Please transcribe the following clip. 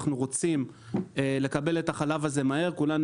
ואנחנו רוצים לקבל את החלב הזה מהר כולנו